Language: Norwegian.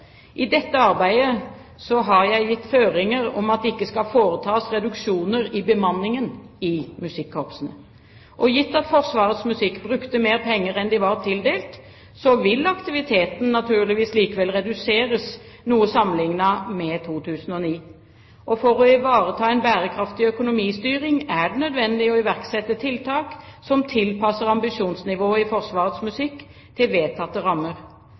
I dette arbeidet har jeg gitt føringer om at det ikke skal foretas reduksjoner i bemanningen i musikkorpsene. Gitt at Forsvarets musikk brukte mer penger enn de var tildelt, vil aktiviteten naturligvis likevel reduseres noe sammenlignet med 2009. For å ivareta en bærekraftig økonomistyring er det nødvendig å iverksette tiltak som tilpasser ambisjonsnivået i Forsvarets musikk til vedtatte rammer.